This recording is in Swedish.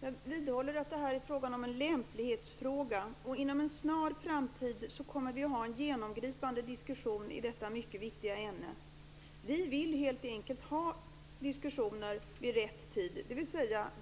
Herr talman! Jag vidhåller att det är en lämplighetsfråga. Inom en snar framtid kommer vi att ha en genomgripande diskussion i detta mycket viktiga ämne. Vi vill helt enkelt ha diskussioner vid rätt tidpunkt, dvs.